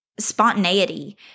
spontaneity